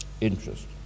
interest